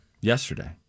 yesterday